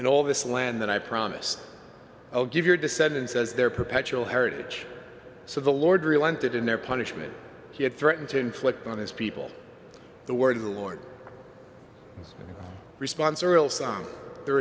and all this land that i promise i'll give your descendants as their perpetual heritage so the lord relented in their punishment he had threatened to inflict on his people the word of the lord response or else on the